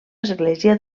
església